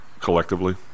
collectively